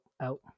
out